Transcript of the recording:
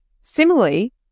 Similarly